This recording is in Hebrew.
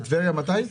בטבריה מתי?